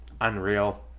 unreal